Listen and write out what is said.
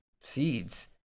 seeds